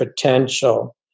potential